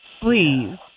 please